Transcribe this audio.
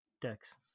decks